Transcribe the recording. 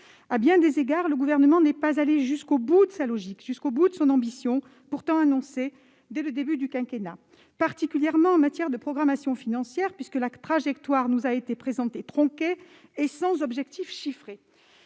À bien des égards, le Gouvernement n'est pas allé jusqu'au bout de sa logique et de son ambition, pourtant annoncées dès le début du quinquennat. C'est particulièrement le cas en matière de programmation financière, puisque la trajectoire nous a été présentée tronquée et sans objectifs chiffrés.